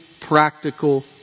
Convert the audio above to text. practical